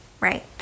right